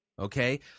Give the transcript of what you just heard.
Okay